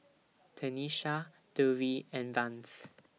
Tenisha Dovie and Vance